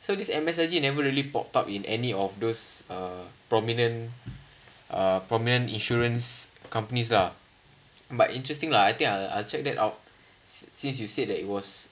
so this M_S_I_G never really popped up in any of those uh prominent uh prominent insurance companies ah but interesting lah I think I'll I'll check that out since you said that it was